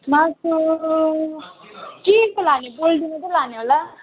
मासु के को लाने पोल्टीको त लाने होला